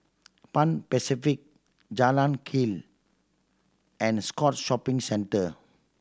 Pan Pacific Jalan Keli and Scotts Shopping Centre